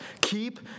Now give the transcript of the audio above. Keep